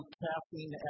caffeine